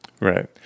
right